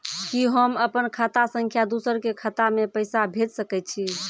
कि होम अपन खाता सं दूसर के खाता मे पैसा भेज सकै छी?